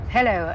Hello